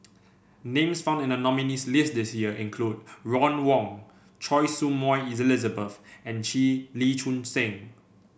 names found in the nominees' list this year include Ron Wong Choy Su Moi Elizabeth and Lee Choon Seng